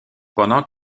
pendant